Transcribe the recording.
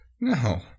No